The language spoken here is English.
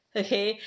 okay